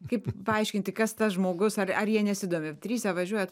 kaip paaiškinti kas tas žmogus ar ar jie nesidomi trise važiuojat